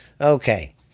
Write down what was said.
Okay